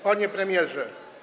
Panie Premierze!